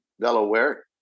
Delaware